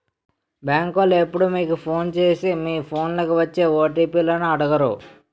బేంకోలు ఎప్పుడూ మీకు ఫోను సేసి మీ ఫోన్లకి వచ్చే ఓ.టి.పి లను అడగరు